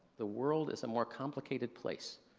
the world is a more complicated place.